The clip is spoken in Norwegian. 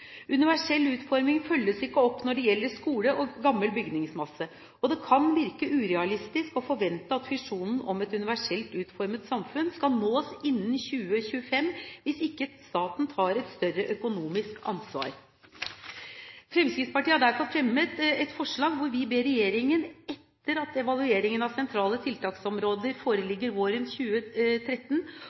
Universell utforming følges ikke opp når det gjelder skole og gammel bygningsmasse, og det kan virke urealistisk å forvente at visjonen om et universelt utformet samfunn skal nås innen 2025 hvis ikke staten tar et større økonomisk ansvar. Fremskrittspartiet har derfor fremmet et forslag hvor vi ber regjeringen, etter at evalueringen av sentrale tiltaksområder foreligger våren 2013,